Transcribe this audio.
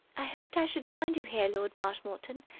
i hoped i should find you here, lord marshmoreton.